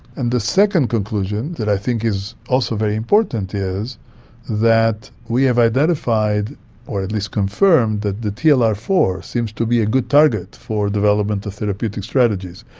and the second conclusion that i think is also very important is that we have identified or at least confirmed that the t l r four seems to be a good target for development of therapeutic strategies.